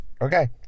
Okay